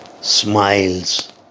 smiles